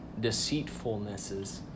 Deceitfulnesses